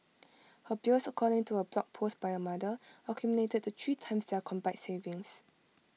her bills according to A blog post by her mother accumulated to three times their combined savings